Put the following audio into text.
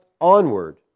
onward